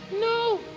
No